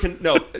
No